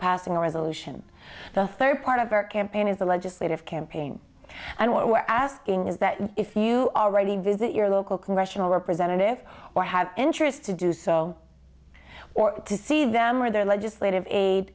passing a resolution the third part of our campaign is a legislative campaign and what we're asking is that if you already visit your local congressional representative or have interest to do so or to see them or their legislative aid